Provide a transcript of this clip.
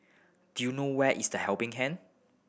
do you know where is The Helping Hand